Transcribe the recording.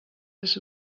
his